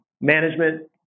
management